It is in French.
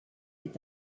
est